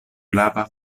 grava